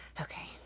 Okay